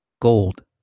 Gold